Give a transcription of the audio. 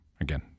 again